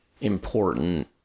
important